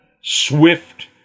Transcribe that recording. swift